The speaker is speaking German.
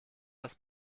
das